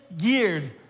years